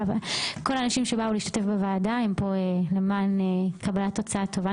כל האנשים שבאו להשתתף בדיון הם פה למען קבלת עצה טובה.